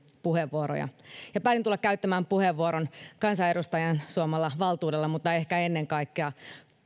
puheenvuoroja ja päätin tulla käyttämään puheenvuoron kansanedustajan suomalla valtuudella mutta ehkä ennen kaikkea